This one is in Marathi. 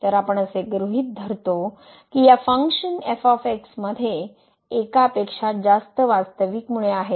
तर आपण असे गृहीत धरतो की या फंक्शन एक्स मध्ये एकापेक्षा जास्त वास्तविक मुळे आहेत